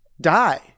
die